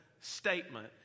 statement